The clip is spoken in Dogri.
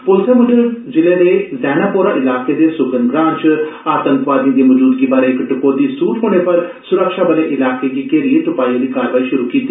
पुलसै मूजब जिले दे जैनापोरा ईलाके दे सुगन ग्रां च आतंकवादियें दी मजूदगी बारै च इक टकोह्दी सूह थ्होने पर सुरक्षाबले ईलाके गी घेरिये तुपाई आह्ली कारवाई शुरू कीती